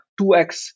2x